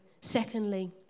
Secondly